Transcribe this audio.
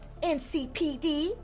NCPD